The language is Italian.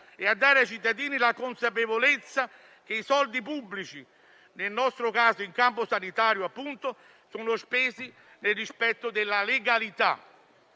e a dare ai cittadini la consapevolezza che i soldi pubblici, nel nostro caso appunto in campo sanitario, sono spesi nel rispetto della legalità.